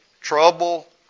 Trouble